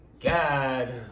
God